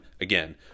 Again